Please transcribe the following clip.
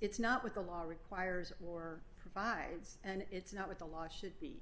it's not with the law requires or provides and it's not what the law should be